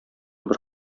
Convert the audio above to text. бер